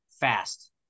fast